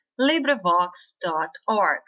LibriVox.org